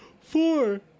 four